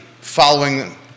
following